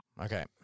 Okay